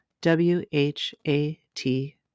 W-H-A-T